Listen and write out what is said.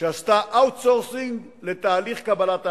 שעשתה outsourcing לתהליך קבלת ההחלטות: